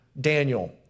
Daniel